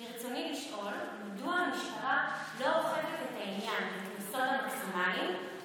ברצוני לשאול: מדוע המשטרה לא אוכפת את העניין בקנסות המקסימליים,